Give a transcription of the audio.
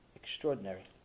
extraordinary